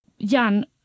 Jan